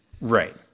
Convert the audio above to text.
Right